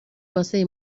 واسه